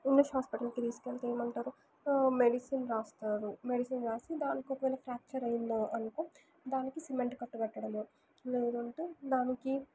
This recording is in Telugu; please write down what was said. ఇంగ్లీష్ హాస్పిటల్కి తీసుకెళ్తే ఏమంటారు మెడిసిన్ రాస్తారు మెడిసిన్ రాసి దానినొకవేళ ఫ్రాక్చర్ అయ్యిందనుకో దానికి సిమెంట్ కట్టు కట్టడము లేదు అంటే దానికి